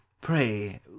Pray